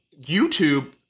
YouTube